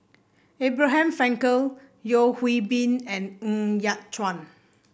Abraham Frankel Yeo Hwee Bin and Ng Yat Chuan